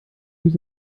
noch